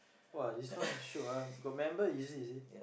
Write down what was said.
!wah! this one shiok ah got member easy you see